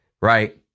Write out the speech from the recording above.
right